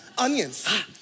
Onions